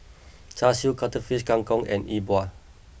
Char Siu Cuttlefish Kang Kong and E Bua